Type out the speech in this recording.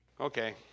Okay